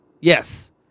yes